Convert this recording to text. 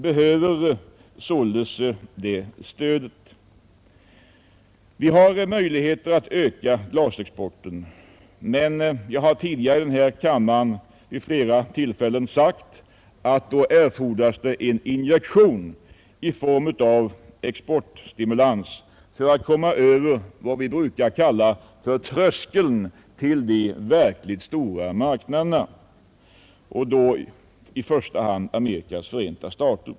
men om glasexporten skall kunna ökas fordras, som jag tidigare vid flera tillfällen framhållit, en injektion i form av exportstimulans för att komma över vad vi brukar kalla tröskeln till de verkligt stora marknaderna och då i första hand USA.